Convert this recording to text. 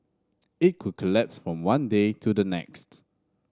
it could collapse from one day to the next